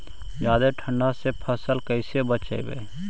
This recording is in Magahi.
जादे ठंडा से फसल कैसे बचइबै?